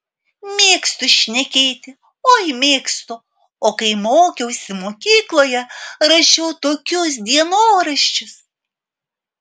mėgstu šnekėti oi mėgstu o kai mokiausi mokykloje rašiau tokius dienoraščius